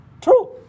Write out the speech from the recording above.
True